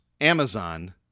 Amazon